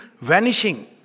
vanishing